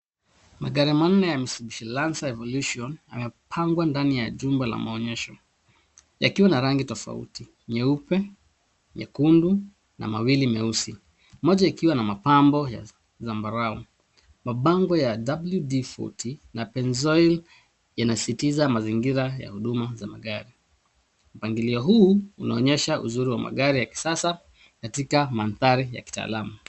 Magari manne ya Mistubishi Evolution yamepangwa ndani ya jumba la maonyesho yakiwa na rangi tofauti: nyeupe, nyekundu na mawili meusi. Moja ikiwa na mapambo ya zambarau. Mabango ya WD40 na Pennzoil yanasisitiza huduma za magari. Mpangilio huu unaonyesha uzuri wa magari ya kisasa katika mandhari ya kitaalamu.